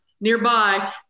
nearby